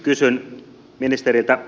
kysyn ministeriltä